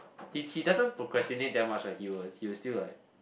he he doesn't procrastinate that much ah he will he will still like